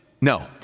no